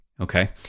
Okay